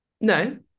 no